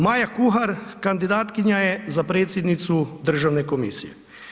Maja Kuhar kandidatkinja je za predsjednicu Državne komisije.